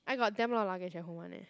I got damn lot of luggage at home [one] leh